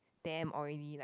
damn oily like